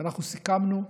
ואנחנו סיכמנו,